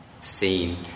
scene